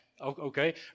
okay